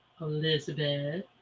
Elizabeth